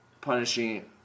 punishing